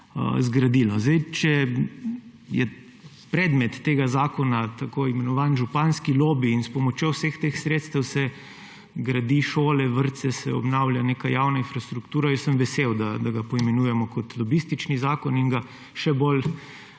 Če je predmet tega zakona tako imenovan županski lobi in s pomočjo vseh teh sredstev se gradijo šole, vrtci, se obnavlja neka javna infrastruktura, jaz sem vesel, da ga poimenujemo kot lobistični zakon in ga še bolj